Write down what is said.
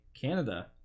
Canada